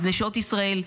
אז נשות ישראל,